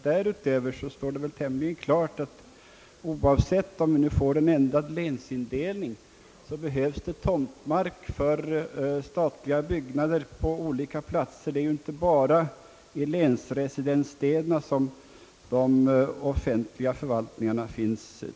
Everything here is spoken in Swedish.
Därutöver står det tämligen klart, att oavsett om vi får en ändrad länsindelning, så behövs det tomtmark för statliga byggnader på olika platser. Det är inte bara i länsresidensstäderna som de offentliga förvaltningarna finns.